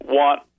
want